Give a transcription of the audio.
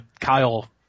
Kyle